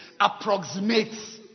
approximates